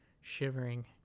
shivering